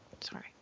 Sorry